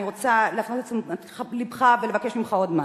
אני רוצה להפנות את תשומת לבך ולבקש ממך עוד משהו.